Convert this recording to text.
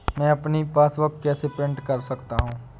मैं अपनी पासबुक कैसे प्रिंट कर सकता हूँ?